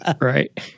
Right